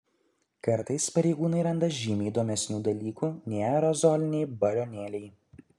kartais pareigūnai randa žymiai įdomesnių dalykų nei aerozoliniai balionėliai